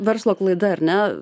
verslo klaida ar ne